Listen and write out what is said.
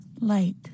light